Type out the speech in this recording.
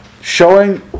showing